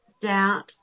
doubt